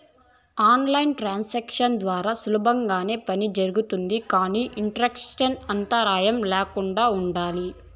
on line transactions ద్వారా సులభంగానే పని జరుగుతుంది కానీ ఇంటర్నెట్ అంతరాయం ల్యాకుండా ఉండాలి